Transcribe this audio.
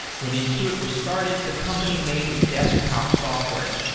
when intuit was started, the company made desktop software.